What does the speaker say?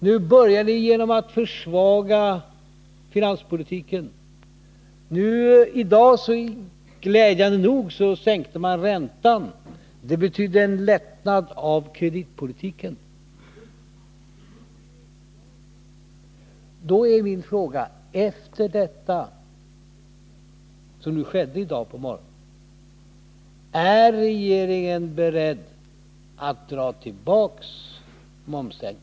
Nu börjar ni med att försvaga finanspolitiken. I dag sänkte man — glädjande nog — räntan. Det betyder en lättnad i kreditpolitiken. Efter det som skedde i dag på morgonen är min fråga: Är regeringen beredd att dra tillbaka förslaget om en momssänkning?